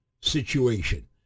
situation